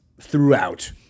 throughout-